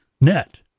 net